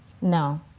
No